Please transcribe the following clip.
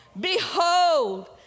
Behold